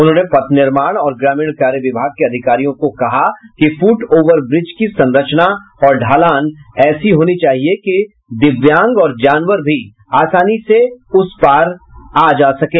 उन्होंने पथ निर्माण और ग्रामीण कार्य विभाग के अधिकारियों को कहा कि फुट ओवर ब्रिज की संरचना और ढ़ालान ऐसी होनी चाहिए कि दिव्यांग और जानवर भी आसानी से उस पार जा सकें